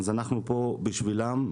אנחנו פה בשבילם.